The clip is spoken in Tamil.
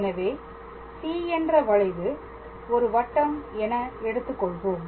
எனவே C என்ற வளைவு ஒரு வட்டம் என எடுத்துக்கொள்வோம்